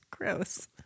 Gross